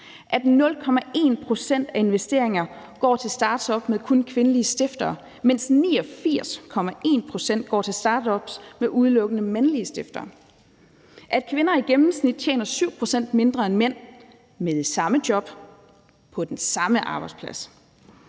at 0,1 pct. af investeringer går til startups med kun kvindelige stiftere, mens 89,1 pct. går til startups med udelukkende mandlige stiftere; at kvinder i gennemsnit tjener 7 pct. mindre end mænd med det samme job på den samme arbejdsplads;